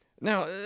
Now